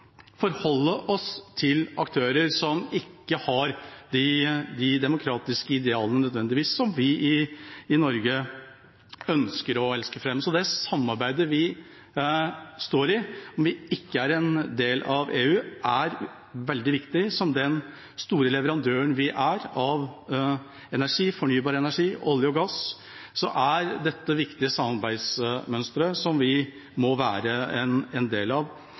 forholde oss til aktører som ikke nødvendigvis har de demokratiske idealene som vi i Norge ønsker å elske fram. Så det samarbeidet vi står i – om vi ikke er en del av EU – er veldig viktig. Som den store leverandøren vi er av fornybar energi, olje og gass, er dette viktige samarbeidsmønstre som vi må være en del av.